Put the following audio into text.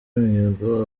mihigo